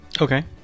okay